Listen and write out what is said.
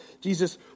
Jesus